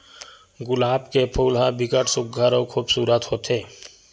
गुलाब के फूल ह बिकट सुग्घर अउ खुबसूरत होथे